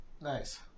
nice